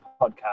podcast